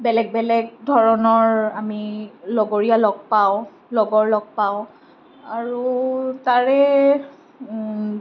বেলেগ বেলেগ ধৰণৰ আমি লগৰীয়া লগ পাওঁ লগৰ লগ পাওঁ আৰু তাৰে